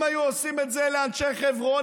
אם היו עושים את זה לאנשי חברון,